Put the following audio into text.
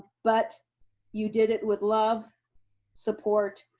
but you did it with love support,